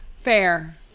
fair